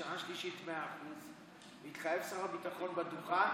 לשנה השלישית 100%, מתחייב שר הביטחון מעל הדוכן,